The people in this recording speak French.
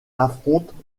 affrontent